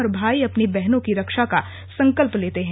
और भाई अपनी बहनों की रक्षा का संकल्प लेते हैं